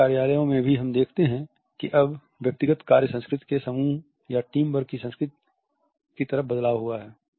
हमारे कार्यालयों में भी हम देखते हैं कि अब व्यक्तिगत कार्य संस्कृति से समूह या टीम वर्क की संस्कृति की तरफ बदलाव हुआ है